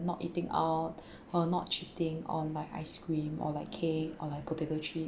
not eating out uh not cheating on like ice cream or like cake or like potato chip